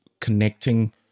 connecting